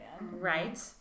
right